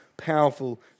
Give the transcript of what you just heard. powerful